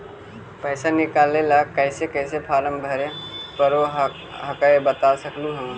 पैसा निकले ला कैसे कैसे फॉर्मा भरे परो हकाई बता सकनुह?